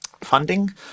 funding